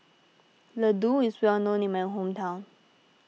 Ladoo is well known in my hometown